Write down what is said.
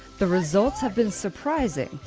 the results have been surprising,